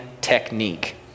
Technique